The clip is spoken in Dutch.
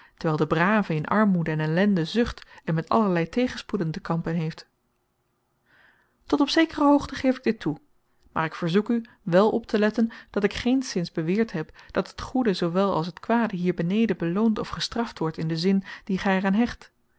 terwijl de brave in armoede en ellende zucht en met allerlei tegenspoeden te kampen heeft tot op zekere hoogte geef ik dit toe maar ik verzoek u wel op te letten dat ik geenszins beweerd heb dat het goede zoowel als het kwade hier beneden beloond of gestraft wordt in den zin dien gij er aan hecht